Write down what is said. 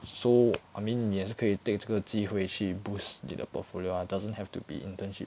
so I mean 你也是可以 take 这个机会去 boost 你的 portfolio ah doesn't have to be internship